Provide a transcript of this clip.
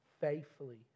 faithfully